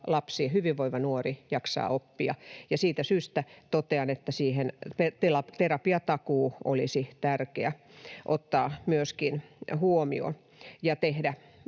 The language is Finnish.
lapsi ja hyvinvoiva nuori jaksaa oppia. Siitä syystä totean, että terapiatakuu olisi tärkeää ottaa myöskin siihen